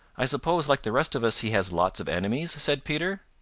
i suppose, like the rest of us, he has lots of enemies? said peter.